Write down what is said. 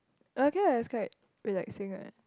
okay lah it's quite relaxing what